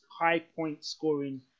high-point-scoring